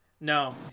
No